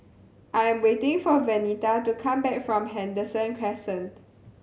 I am waiting for Venita to come back from Henderson Crescent